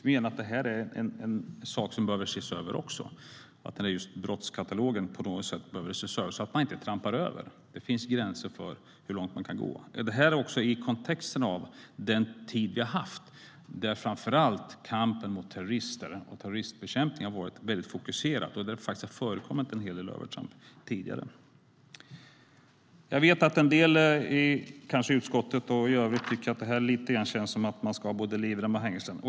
Vi menar att denna brottskatalog på något sätt behöver ses över så att man inte gör övertramp. Det finns gränser för hur långt man kan gå. Det måste ses i kontexten av den tid vi upplevt där framför allt kampen mot terrorister, terroristbekämpningen, varit väldigt fokuserad och där det tidigare förekommit en hel del övertramp. Jag vet att en del kanske tycker att det här lite grann känns som att ha både livrem och hängslen.